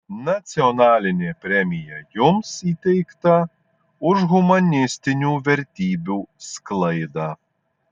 nacionalinė premija jums įteikta už humanistinių vertybių sklaidą